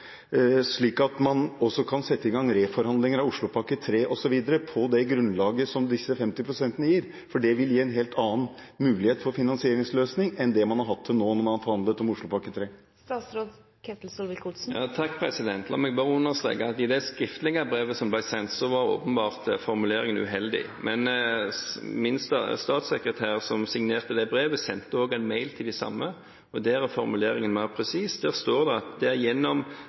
slik at man også kan sette i gang reforhandlinger av Oslopakke 3 osv. på det grunnlaget som disse 50 pst. gir? Det vil gi en helt annen mulighet for finansieringsløsning enn det man har hatt til nå når man har forhandlet om Oslopakke 3. La meg bare understreke at i det skriftlige brevet som ble sendt, var formuleringen åpenbart uheldig. Men min statssekretær, som signerte dette brevet, sendte også en mail til de samme, og der var formuleringen mer presis. Der står det at det er gjennom